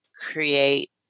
create